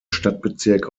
stadtbezirk